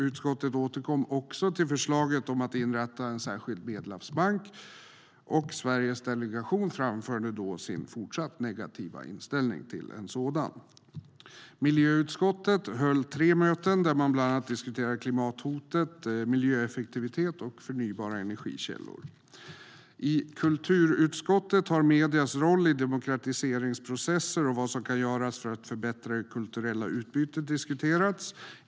Utskottet har också återkommit till förslaget om att inrätta en särskild Medelhavsbank, och Sveriges delegation har då framfört sin fortsatt negativa inställning till en sådan. Miljöutskottet har hållit tre möten, där man har diskuterat bland annat klimathotet, miljöeffektivitet och förnybara energikällor. I kulturutskottet har mediernas roll i demokratiseringsprocesser och vad som kan göras för att förbättra det kulturella utbytet diskuterats.